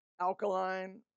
Alkaline